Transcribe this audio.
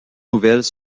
nouvelles